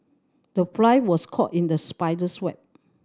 the fly was caught in the spider's web